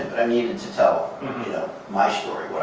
i needed to tell my story, what